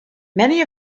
many